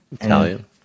Italian